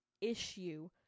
issue